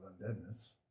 undeadness